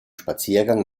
spaziergang